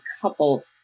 couple